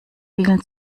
vielen